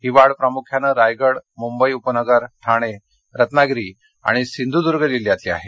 ही वाढ प्रामुख्यानं रायगड मुंबई उपनगर ठाणे रत्नागिरी आणि सिंधुदूर्ग जिल्ह्यातली आहे